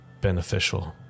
beneficial